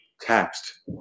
taxed